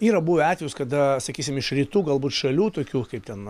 yra buvę atvejus kada sakysim iš rytų galbūt šalių tokių kaip ten